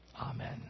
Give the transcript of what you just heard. Amen